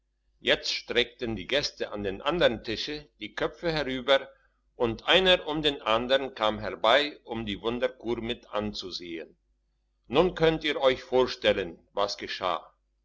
jetzt streckten die gäste an den andern tischen die köpfe herüber und einer um den andern kam herbei um die wunderkur mit anzusehen nun könnt ihr euch vorstellen was geschah